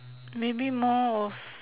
maybe more of